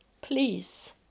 please